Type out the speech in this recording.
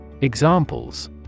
Examples